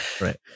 right